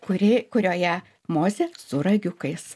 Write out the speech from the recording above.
kuri kurioje mozė su ragiukais